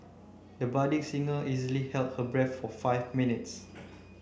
the budding singer easily held her breath for five minutes